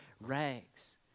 rags